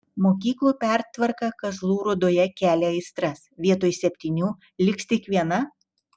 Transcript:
mokyklų pertvarka kazlų rūdoje kelia aistras vietoj septynių liks tik viena